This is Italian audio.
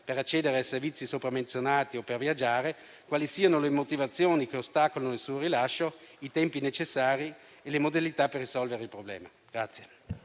per accedere ai servizi menzionati o per viaggiare, quali siano le motivazioni che ostacolano il suo rilascio, i tempi necessari e le modalità per risolvere il problema.